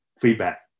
feedback